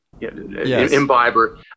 imbiber